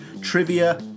trivia